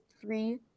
three